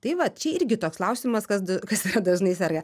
tai vat čia irgi toks klausimas kas d kas yra dažnai serga